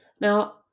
now